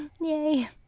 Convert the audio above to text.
Yay